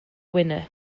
winner